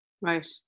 Right